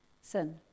sin